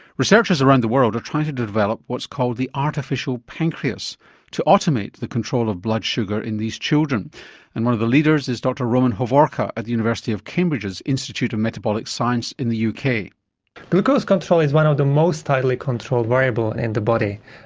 researchers around the world are trying to develop what's called the artificial pancreas to automate the control of blood sugar in these children and one of the leaders is dr roman hovorka at the university of cambridge's institute of metabolic science in the uk. glucose control is one of the most tightly controlled variable in the body,